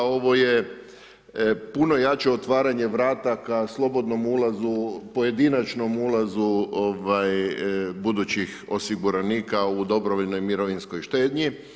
Ovo je puno jače otvaranje vrata ka slobodnom ulazu, pojedinačnom ulazu budućih osiguranika u dobrovoljnoj mirovinskoj štednji.